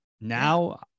now